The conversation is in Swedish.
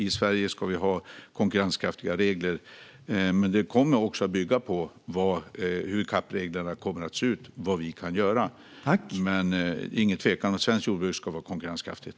I Sverige ska vi ha konkurrenskraftiga regler, men vad vi kan göra kommer också att bygga på hur CAP-reglerna kommer att se ut. Det råder dock ingen tvekan om att svenskt jordbruk ska vara konkurrenskraftigt.